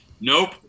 Nope